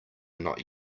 not